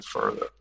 further